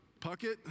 Puckett